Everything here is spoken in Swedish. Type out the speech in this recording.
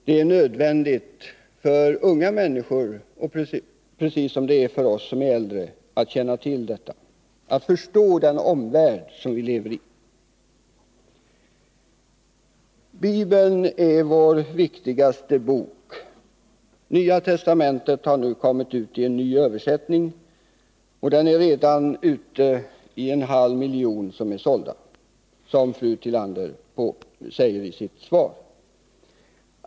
Det är nödvändigt för unga människor, precis som det är för oss som är äldre, att känna till detta för att kunna förstå vår omvärld. Bibeln är vår viktigaste bok. Nya testamentet har nu kommit ut i en ny översättning, och en halv miljon exemplar är sålda, såsom fru Tillander säger i sitt svar.